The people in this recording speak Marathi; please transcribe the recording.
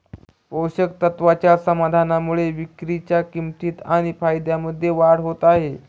पोषक तत्वाच्या समाधानामुळे विक्रीच्या किंमतीत आणि फायद्यामध्ये वाढ होत आहे